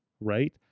right